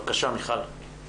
בבקשה, מיכל.